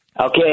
okay